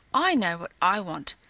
i know what i want,